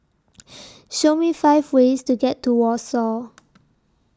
Show Me five ways to get to Warsaw